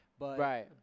Right